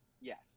Yes